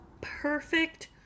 perfect